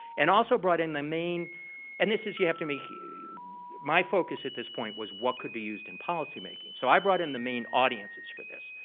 and also brought in the main and this is you have to make my focus at this point was what could be used in policy making? so i brought in the main audiences for this,